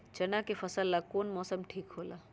चाना के फसल ला कौन मौसम ठीक होला?